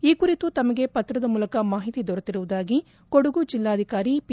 ಈ ಕುರಿತು ತಮ್ನಗೆ ಪತ್ರದ ಮೂಲಕ ಮಾಹಿತಿ ದೊರೆತಿರುವುದಾಗಿ ಕೊಡಗು ಜಿಲ್ಲಾಧಿಕಾರಿ ಪಿ